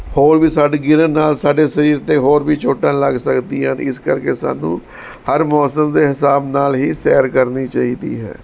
ਹੋਰ ਵੀ ਸਾਡੀ ਕਿਹਦੇ ਨਾਲ ਸਾਡੇ ਸਰੀਰ 'ਤੇ ਹੋਰ ਵੀ ਚੋਟਾਂ ਲੱਗ ਸਕਦੀਆਂ ਤੀ ਇਸ ਕਰਕੇ ਸਾਨੂੰ ਹਰ ਮੌਸਮ ਦੇ ਹਿਸਾਬ ਨਾਲ ਹੀ ਸੈਰ ਕਰਨੀ ਚਾਹੀਦੀ ਹੈ